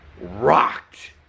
rocked